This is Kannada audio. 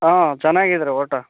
ಹಾಂ ಚನ್ನಾಗಿದ್ರಿ ಒಟ್ಟು